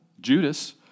Judas